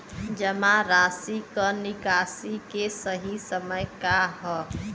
जमा राशि क निकासी के सही समय का ह?